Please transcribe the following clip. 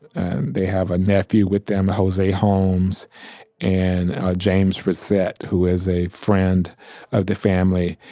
and they have a nephew with them jose holmes and james brissette, who is a friend of the family.